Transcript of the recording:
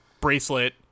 bracelet